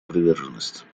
приверженность